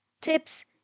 tips